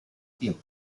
tiempo